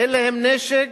אין להם נשק,